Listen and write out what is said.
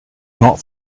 not